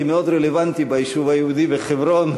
מאוד רלוונטי ביישוב היהודי בחברון,